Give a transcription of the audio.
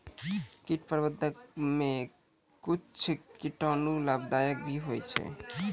कीट प्रबंधक मे कुच्छ कीटाणु लाभदायक भी होय छै